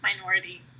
minority